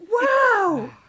Wow